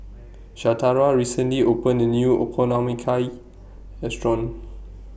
Shatara recently opened A New Okonomiyaki Restaurant